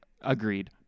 agreed